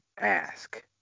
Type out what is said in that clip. ask